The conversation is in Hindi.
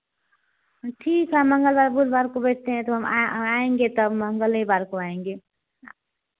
ठीक है मंगलवार बुधवार को बैठते हैं तो हम आएँगे तब मंगलेवार को आएँगे